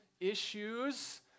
issues